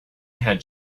had